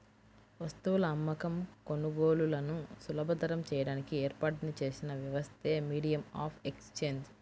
వస్తువుల అమ్మకం, కొనుగోలులను సులభతరం చేయడానికి ఏర్పాటు చేసిన వ్యవస్థే మీడియం ఆఫ్ ఎక్సేంజ్